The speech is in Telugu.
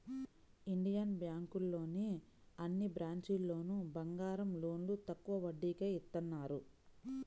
ఇండియన్ బ్యేంకులోని అన్ని బ్రాంచీల్లోనూ బంగారం లోన్లు తక్కువ వడ్డీకే ఇత్తన్నారు